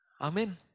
Amen